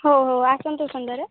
ହଉ ହଉ ଆସନ୍ତୁ ସନ୍ଧ୍ୟାରେ